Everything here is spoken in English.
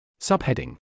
Subheading